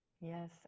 Yes